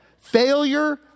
failure